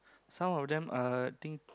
some of them are I think